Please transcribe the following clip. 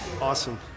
Awesome